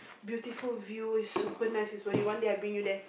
beautiful view super nice is where you one day I bring you there